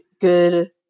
good